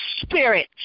spirit